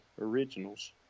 originals